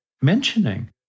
Mentioning